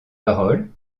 paroles